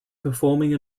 performing